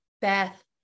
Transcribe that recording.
Beth